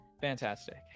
Fantastic